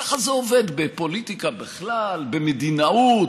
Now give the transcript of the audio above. ככה זה עובד, בפוליטיקה בכלל, במדינאות,